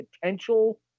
potential